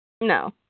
No